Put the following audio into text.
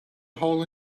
hole